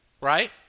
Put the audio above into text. right